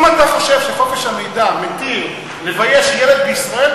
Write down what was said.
אם אתה חושב שחופש המידע מתיר לבייש ילד בישראל,